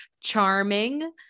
Charming